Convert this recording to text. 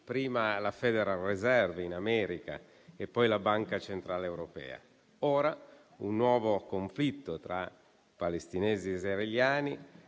prima la Federal Reserve in America e poi la Banca centrale europea. Ora si è profilato un nuovo conflitto tra palestinesi e israeliani,